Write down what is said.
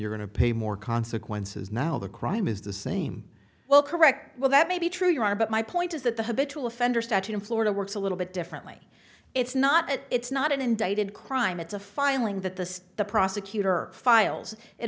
you're going to pay more consequences now the crime is the same well correct well that may be true you are but my point is that the habitual offender statute in florida works a little bit differently it's not that it's not an indicted crime it's a filing that the the prosecutor files it